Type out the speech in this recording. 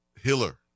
Hiller